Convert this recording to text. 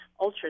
ultrasound